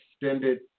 extended